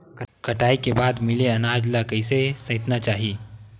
कटाई के बाद मिले अनाज ला कइसे संइतना चाही?